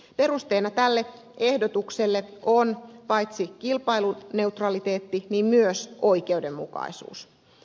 perusteena tälle ehdotukselle on paitsi kilpailuneutraliteetti myös oikeudenmukaisuus